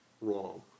wrong